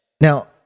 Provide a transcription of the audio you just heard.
now